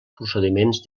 procediments